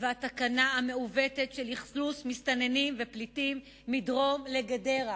והתקנה המעוותת של אכלוס מסתננים ופליטים מדרום לגדרה.